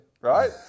Right